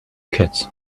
kids